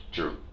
True